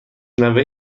نوه